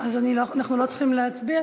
אז אנחנו לא צריכים להצביע?